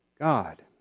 God